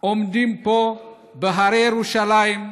עומדים פה בהרי ירושלים,